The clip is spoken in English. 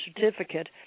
certificate